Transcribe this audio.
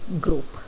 group